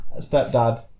stepdad